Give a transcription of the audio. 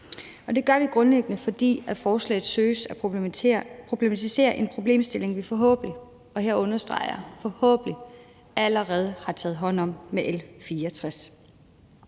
Det gør vi grundlæggende, fordi forslaget søger at problematisere en problemstilling, vi forhåbentlig – og her understreger